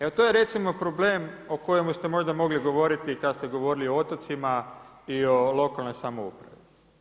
Evo to je recimo problem o kojemu ste možda mogli govoriti kada ste govorili o otocima i o lokalnoj samoupravi.